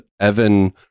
Evan